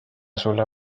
sulle